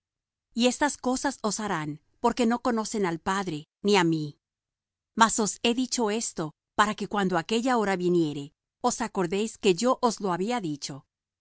y estas cosas os harán porque no conocen al padre ni á mí mas os he dicho esto para que cuando aquella hora viniere os acordeis que yo os lo había dicho